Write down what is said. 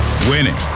Winning